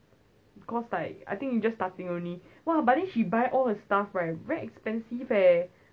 because like I think she just starting only !wah! but then she buy all her stuff right very expensive eh